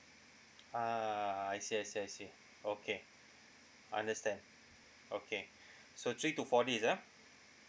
ah I see I see I see okay I understand okay so three to four days ah